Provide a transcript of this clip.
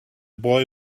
boy